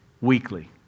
weekly